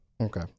okay